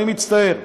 אני מצטער,